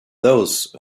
those